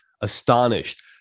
astonished